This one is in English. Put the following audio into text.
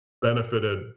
benefited